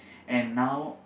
and now